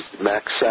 Max